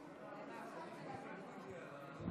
תודה רבה.